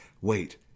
Wait